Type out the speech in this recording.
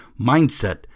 Mindset